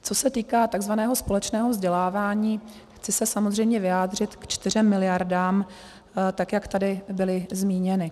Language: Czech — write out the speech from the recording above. Co se týká takzvaného společného vzdělávání, chci se samozřejmě vyjádřit ke čtyřem miliardám, tak jak tady byly zmíněny.